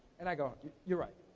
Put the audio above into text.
and i go you're right.